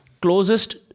closest